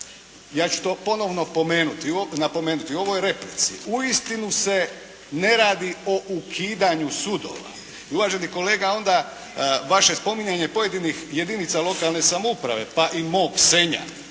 ja ću to ponovno napomenuti u ovoj replici. Uistinu se ne radi o ukidanju sudova i uvaženi kolega onda vaše spominjanje pojedinih jedinica lokalne samouprave pa i mog Senja,